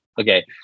Okay